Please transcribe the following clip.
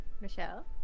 Michelle